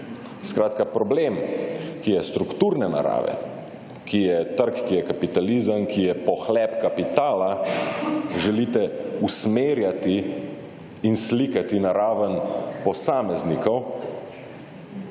Skratka, problem, ki je strukturne narave, ki je trg, ki je kapitalizem, ki je pohlep kapitala, želite usmerjati in slikati na raven posameznikov